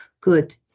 good